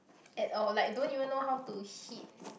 at all like don't even know how to hit